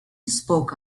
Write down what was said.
spoke